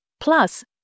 plus